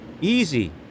Easy